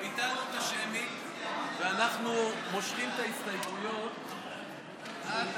ביטלנו את השמית, ואנחנו מושכים את ההסתייגויות עד